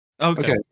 Okay